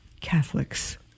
Catholics